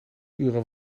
uren